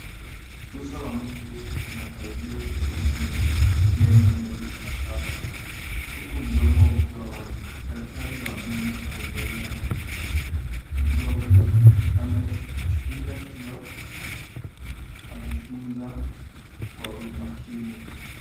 Uso wa mtu unakaribia kuonyesha meno meupe na safi, huku mdomo ukiwa wazi. Daktari wa meno amevalia glovu ya buluu ameshikilia kioo akichunguza kwa umakini.